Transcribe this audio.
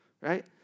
right